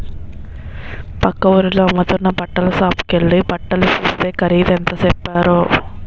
పక్క వూరిలో అమ్ముతున్న బట్టల సాపుకెల్లి బట్టలు సూస్తే ఖరీదు ఎంత సెప్పారో